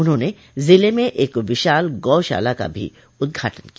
उन्होंने जिले में एक विशाल गौशाला का भी उद्घाटन किया